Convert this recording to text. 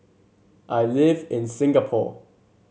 I live in Singapore